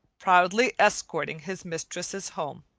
proudly escorting his mistresses home,